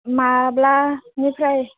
माब्लानिफ्राय